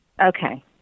Okay